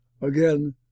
Again